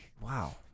Wow